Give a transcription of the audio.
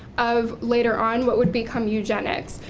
of later on what would become eugenics,